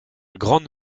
grande